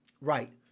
Right